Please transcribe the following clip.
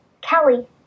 Kelly